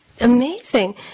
amazing